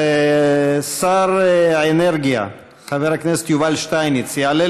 שר האנרגיה חבר הכנסת יובל שטייניץ יעלה